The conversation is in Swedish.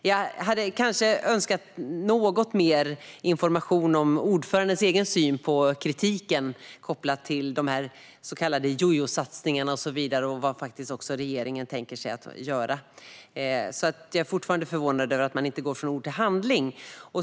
Jag hade kanske önskat något mer information om ordförandens egen syn på kritiken mot de så kallade jojosatsningarna och ett besked om vad regeringen tänker sig att göra. Jag är förvånad över att man inte går från ord till handling.